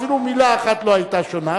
אפילו מלה אחת לא היתה שונה,